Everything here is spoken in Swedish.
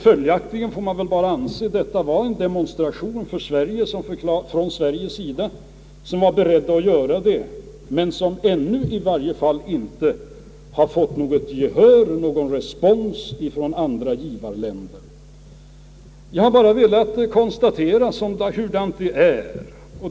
Följaktligen får man väl anse detta vara en demonstration från Sveriges sida som var berett att göra något men som i varje fall ännu inte har fått något gehör, ifrån andra givarländer, Jag har bara velat konstatera hurudant det är.